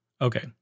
Okay